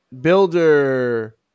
Builder